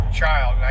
child